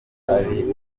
amarozi